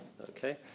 Okay